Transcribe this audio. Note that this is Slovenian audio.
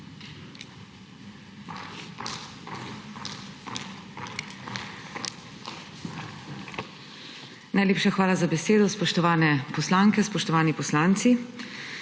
Najlepša hvala za besedo. Spoštovane poslanke, spoštovani poslanci!